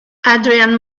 adrian